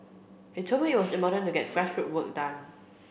he told me it was important to get grassroot work done